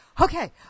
okay